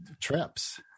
trips